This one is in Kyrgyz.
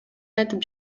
айтып